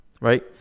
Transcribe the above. Right